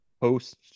post